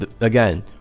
again